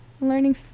learning